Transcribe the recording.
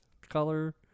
color